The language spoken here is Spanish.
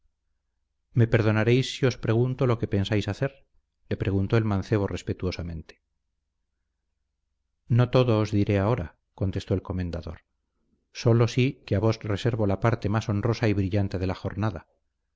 me perdonaréis si os pregunto lo que pensáis hacer le preguntó el mancebo respetuosamente no todo os diré ahora contestó el comendador sólo sí que a vos reservo la parte más honrosa y brillante de la jornada